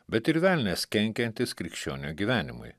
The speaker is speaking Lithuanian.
bet ir velnias kenkiantis krikščionio gyvenimui